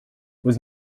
was